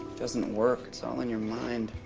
doesn't work. it's all in your mind.